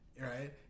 Right